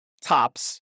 tops